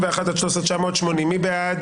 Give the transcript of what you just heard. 13,861 עד 13,880, מי בעד?